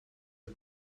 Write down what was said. are